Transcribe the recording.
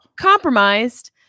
compromised